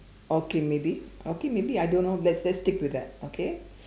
okay maybe okay maybe I don't know let's let's stick with that okay